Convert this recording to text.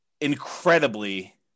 incredibly